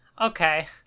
Okay